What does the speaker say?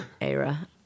era